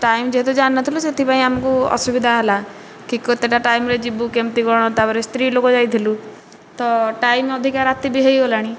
time ଯେହେତୁ ଜାଣିନଥିଲୁ ଆମକୁ ବହୁତ ଅସୁବିଧା ହେଲା କି କେତେଟା ଟାଇମ୍ରେ ଯିବୁ କେମିତି କଣ ସ୍ତ୍ରୀ ଲୋକ ଯାଇଥିଲୁ ତ ଟାଇମ୍ ଅଧିକା ରାତି ବି ହୋଇଗଲାଣି